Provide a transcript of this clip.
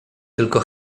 tylko